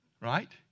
Right